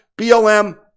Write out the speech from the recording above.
BLM